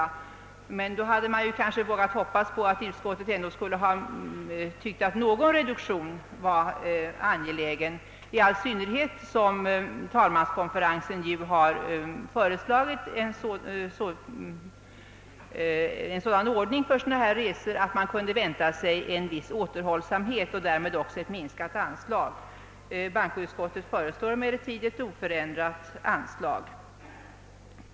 Då hade vi ju kanske vågat hoppas på att utskottet ändå skulle ha tyckt, att någon reduktion vore angelägen, i all synnerhet som talmanskonferensen ju har föreslagit en sådan ordning för dessa resor, att man kunde vänta sig en viss återhållsamhet och därmed också ett minskat anslag. Bankoutskottet föreslår emellertid ett oförändrat anslag.